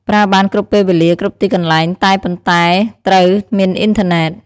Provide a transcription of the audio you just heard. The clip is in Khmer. ប្រើបានគ្រប់ពេលវេលា គ្រប់ទីកន្លែង តែប៉ុន្តែត្រូវមានអ៊ីនធឺណេត។